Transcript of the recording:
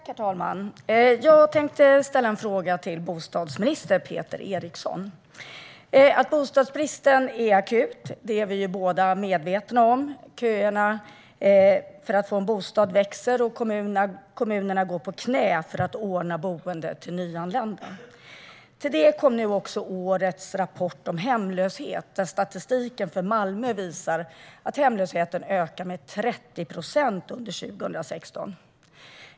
Herr talman! Jag tänkte ställa en fråga till bostadsminister Peter Eriksson. Att bostadsbristen är akut är vi båda medvetna om. Köerna för att få en bostad växer, och kommunerna går på knä för att ordna boende till nyanlända. Till det kom nu årets rapport om hemlöshet, där statistiken för Malmö visar att hemlösheten ökade med 30 procent under 2016.